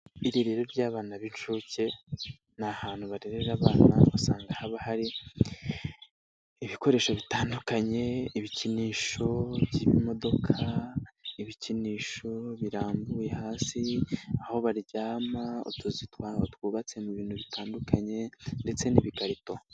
Irerero ry'abana b'inshuke ni ahantu barerera abana usanga haba hari ibikoresho bitandukanye, ibikinisho by'ibimodoka, ibikinisho birambuye hasi, aho baryama, utuzu twaho twubatse mu bintu bitandukanye ndetse n'ibikarito.